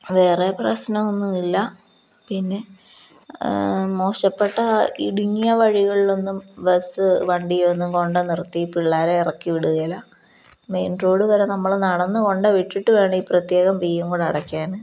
വേറെ പ്രശ്നമൊന്നുമില്ല പിന്നെ ആ മോശപ്പെട്ട ഇടുങ്ങിയ വഴികളിലൊന്നും ബസ്സ് വണ്ടിയൊന്നും കൊണ്ടു നിർത്തിയീപ്പിള്ളേരെ ഇറക്കിവിടുകയില്ല മെയിൻ റോഡ് വരെ നമ്മള് നടന്നുകൊണ്ടുവിട്ടിട്ടു വേണമേ പ്രത്യേകം ഫീയും കൂടെ അടയ്ക്കാന്